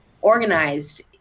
organized